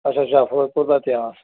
ਅੱਛਾ ਅੱਛਾ ਫਿਰੋਜ਼ਪੁਰ ਦਾ ਇਤਿਹਾਸ